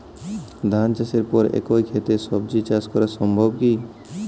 ধান চাষের পর একই ক্ষেতে সবজি চাষ করা সম্ভব কি?